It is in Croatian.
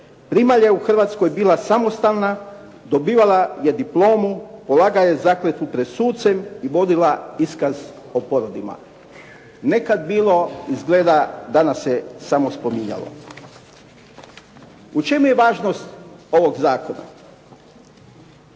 Primalja je u Hrvatskoj bila samostalna, dobivala je diplomu, polagala je zakletvu pred sucem i vodila iskaz o porodima. Nekad bilo, izgleda danas se samo spominjalo. U čemu je važnost ovog zakona?